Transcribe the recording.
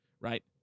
right